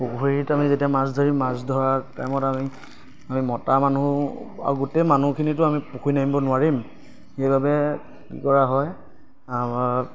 পুখুৰীত আমি যেতিয়া মাছ ধৰিম মাছ ধৰাৰ টাইমত আমি আমি মতা মানুহ আৰু গোটেই মানুহখিনিতো আমি পুখুৰীত নামিব নোৱাৰিম সেইবাবে কি কৰা হয় আমাৰ